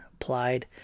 applied